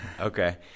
Okay